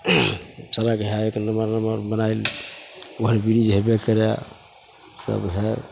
सड़क हइ तऽ नमहर नमहर बनाएल ओवरब्रिज हेबे करै सब हइ